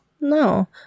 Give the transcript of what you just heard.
No